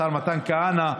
השר מתן כהנא.